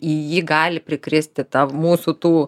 į jį gali prikristi tą mūsų tų